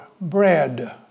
bread